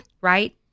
right